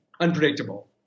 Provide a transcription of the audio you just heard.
unpredictable